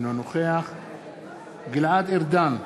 אינו נוכח גלעד ארדן,